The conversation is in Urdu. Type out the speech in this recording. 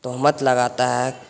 تہمت لگاتا ہے